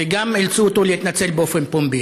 וגם אילצו אותו להתנצל באופן פומבי.